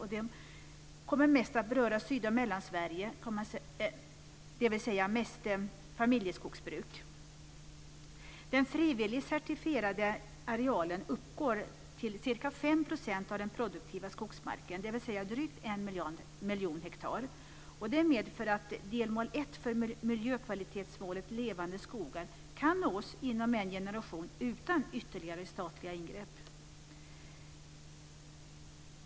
Det kommer mest att beröra Sydoch Mellansverige, dvs. mest familjeskogsbruk. 5 % av den produktiva skogsmarken, dvs. drygt en miljon hektar. Det medför att delmål ett för miljökvalitetsmålet Levande skogar kan nås inom en generation utan ytterligare statliga ingrepp.